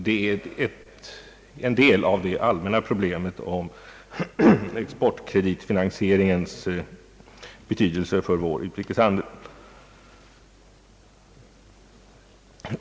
Det är en del av det allmänna problemet om exportkreditfinansieringens betydelse för vår utrikeshandel.